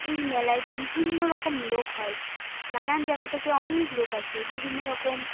এই মেলায় বিভিন্ন রকম লোক হয় নানান জায়গা থেকে অনেক লোক আসে বিভিন্নরকম